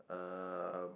um